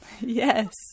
Yes